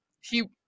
He-